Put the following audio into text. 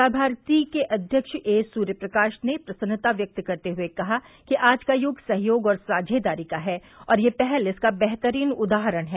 प्रसार भारती के अध्यक्ष ए सूर्यप्रकाश ने प्रसन्नता व्यक्त करते हुए कहा कि आज का युग सहयोग और साझेदारी का है और यह पहल इसका बेहतरीन उदाहरण है